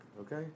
okay